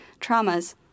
traumas